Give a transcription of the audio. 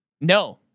No